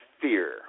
fear